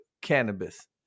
cannabis